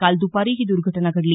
काल दुपारी ही द्र्घटना घडली